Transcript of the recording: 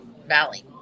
Valley